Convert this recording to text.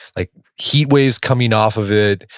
like heat waves coming off of it,